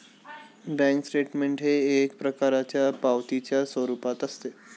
bank statement हे एक प्रकारच्या पावतीच्या स्वरूपात असते